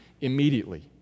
Immediately